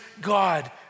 God